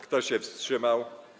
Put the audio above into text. Kto się wstrzymał?